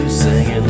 singing